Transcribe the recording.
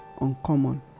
uncommon